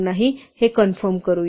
फक्त हे कन्फर्म करूया